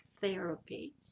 therapy